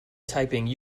typing